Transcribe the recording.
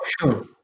sure